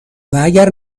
اگر